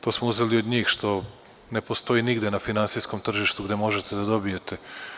To smo uzeli od njih, što ne postoji nigde na finansijskom tržištu da možete da dobijete.